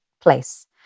place